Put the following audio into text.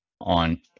on